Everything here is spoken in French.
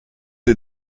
est